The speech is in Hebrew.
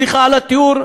סליחה על התיאור?